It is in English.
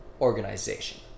organization